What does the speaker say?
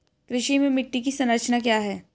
कृषि में मिट्टी की संरचना क्या है?